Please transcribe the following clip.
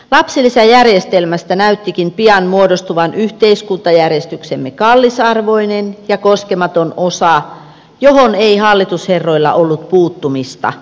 lapsilisäjärjestelmästä näyttikin pian muodostuvan yhteiskuntajärjestyksemme kallisarvoinen ja koskematon osa johon ei hallitusherroilla ollut puuttumista